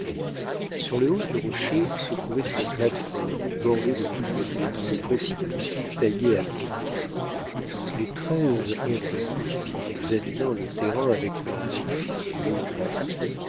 sur le haut du rocher se trouvait une plate-forme bordée de tous côtés par le précipice taillé à pic les treize inconnus en examinant le terrain avec leurs lunettes du haut de la hune